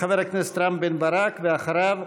חבר הכנסת רם בן-ברק, ואחריו,